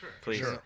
Please